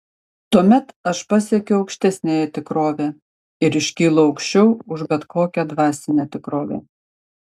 tuomet aš pasiekiu aukštesniąją tikrovę ir iškylu aukščiau už bet kokią dvasinę tikrovę